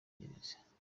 gereza